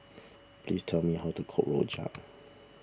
please tell me how to cook Rojak